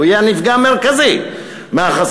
שהוא יהיה הנפגע המרכזי מהחסימה,